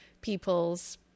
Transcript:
people's